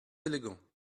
élégant